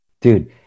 Dude